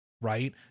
Right